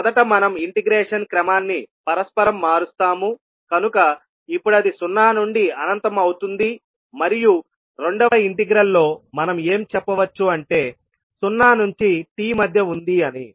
మొదట మనం ఇంటిగ్రేషన్ క్రమాన్ని పరస్పరం మారుస్తాము కనుక ఇప్పుడది 0 నుండి అనంతం అవుతుంది మరియు రెండవ ఇంటిగ్రల్ లో మనం ఏమి చెప్పవచ్చు అంటే 0 నుంచి t మధ్య ఉంది అని